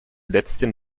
letzten